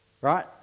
right